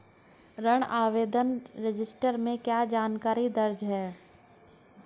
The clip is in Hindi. ऋण आवेदन रजिस्टर में क्या जानकारी दर्ज है?